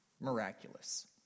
miraculous